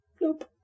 Nope